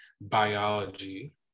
biology